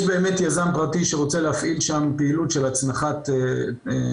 יש באמת יזם פרטי שרוצה להפעיל שם פעילות של הצנחות חופשיות,